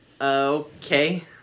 Okay